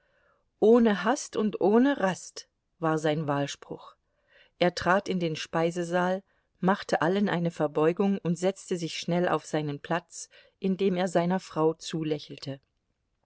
ohne hast und ohne rast war sein wahlspruch er trat in den speisesaal machte allen eine verbeugung und setzte sich schnell auf seinen platz indem er seiner frau zulächelte